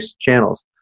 channels